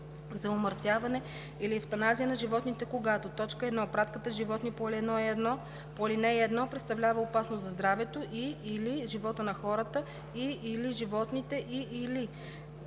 за умъртвяване или евтаназия на животните, когато: 1. пратката с животни по ал. 1 представлява опасност за здравето и/или живота на хората, и/или животните, и/или